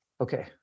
Okay